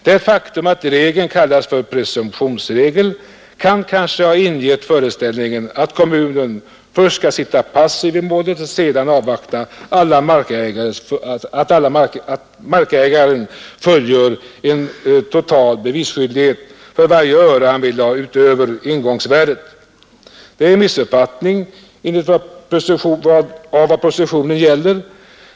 Det faktum att regeln kallas för presumtionsregel kan måhända ha ingivit föreställningen att kommunen först skall sitta passiv i målet och sedan avvakta att markägaren fullgör en total bevisskyldighet för varje öre han vill ha utöver ingångsvärdet. Det är en missuppfattning av vad presumtionen gäller.